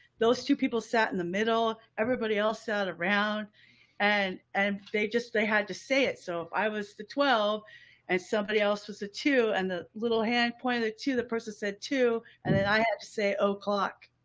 those two people sat in the middle. yeah. everybody else sat around and, and they just, they had to say it. so if i was the twelve and somebody else was a two and the little hand point of the two, the person said two and then i had to say, oh, clock.